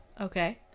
okay